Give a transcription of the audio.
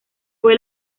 fue